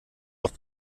auch